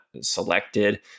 selected